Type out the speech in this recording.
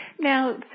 now